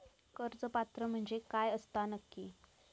कर्ज पात्र म्हणजे काय असता नक्की?